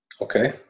Okay